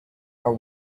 are